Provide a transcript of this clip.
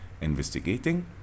investigating